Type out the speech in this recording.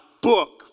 book